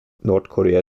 nordkorea